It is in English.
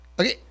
Okay